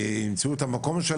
שימצאו את המקום ביחד,